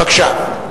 בבקשה.